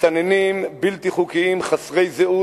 מסתננים בלתי חוקיים חסרי זהות,